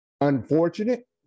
unfortunate